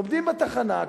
עומדים בתחנה.